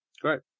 Great